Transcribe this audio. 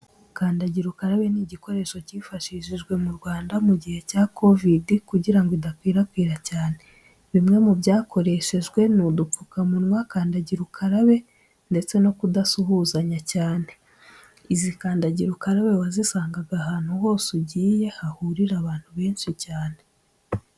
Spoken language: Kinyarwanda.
Kandagira ukarabe ni igikoresho cyifashishijwe mu Rwanda mu gihe cya kovidi kugira idakwirakwira cyane, bimwe mu byakoresheje ni udupfukamunwa, kandagira ukarabe ndetse no kudasuhuzanya cyane. Izi kandagira ukarabe wazisangaga ahantu hose ugiye hahurira abantu benshi cyane.